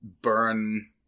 burn